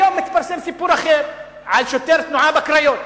היום התפרסם סיפור אחר, על שוטר תנועה בקריות.